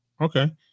okay